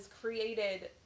created